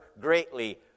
greatly